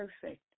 perfect